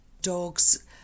Dogs